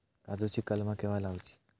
काजुची कलमा केव्हा लावची?